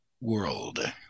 world